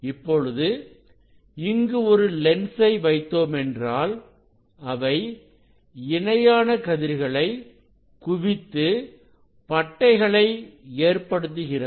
இப்பொழுது இங்கு ஒரு லென்சை வைத்தோம் என்றால் அவை இணையான கதிர்களை குவித்து பட்டைகளை ஏற்படுத்துகிறது